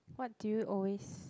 what do you always